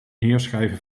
neerschrijven